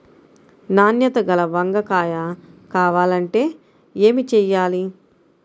నాణ్యత గల వంగ కాయ కావాలంటే ఏమి చెయ్యాలి?